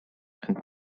and